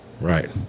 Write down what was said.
Right